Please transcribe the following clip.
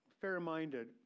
fair-minded